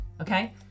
okay